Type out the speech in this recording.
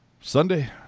Sunday